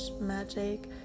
magic